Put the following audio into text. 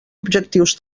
objectius